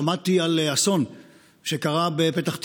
שמעתי על אסון שקרה בפתח תקווה,